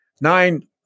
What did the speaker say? nine